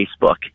Facebook